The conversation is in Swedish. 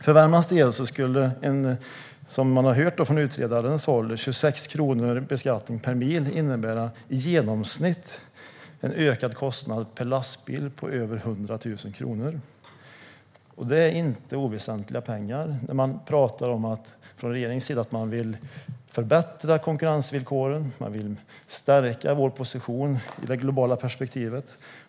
För Värmlands del skulle en beskattning i enlighet med vad vi har hört från utredaren, 26 kronor per mil, innebära i genomsnitt en ökad kostnad per lastbil på över 100 000 kronor. Det är inte oväsentliga pengar. Från regeringens sida talar man om att förbättra konkurrensvillkoren och att stärka vår position i det globala perspektivet.